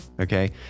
okay